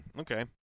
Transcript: okay